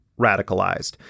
Radicalized